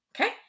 okay